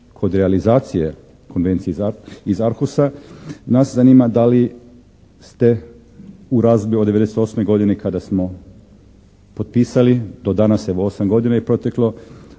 kod realizacije Konvencije iz ARHUS-a nas zanima da li ste u razdoblju od '98. godine kada smo potpisali do danas je evo 8 godina proteklo